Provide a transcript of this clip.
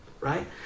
right